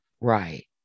right